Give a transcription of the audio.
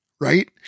Right